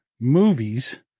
movies